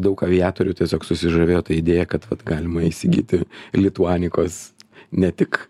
daug aviatorių tiesiog susižavėjo ta idėja kad vat galima įsigyti lituanikos ne tik